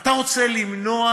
אתה רוצה למנוע